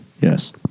yes